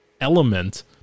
element